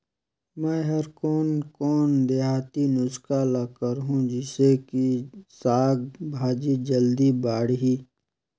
मै हर कोन कोन देहाती नुस्खा ल करहूं? जिसे कि साक भाजी जल्दी बाड़ही?